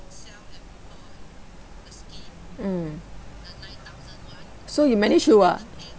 mm so you manage to ah